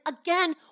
again